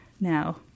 now